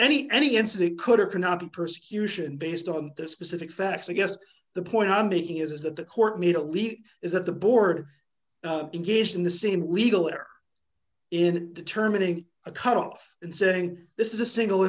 any any incident could or cannot be persecution based on this specific facts against the point i'm making is that the court made a leap is that the board engaged in the same legal or in determining a cut off and saying this is a single